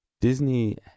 Disney